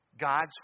God's